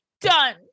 done